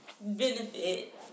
benefit